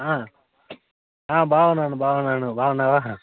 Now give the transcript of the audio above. బాగున్నాను బాగున్నాను నువు బాగున్నావా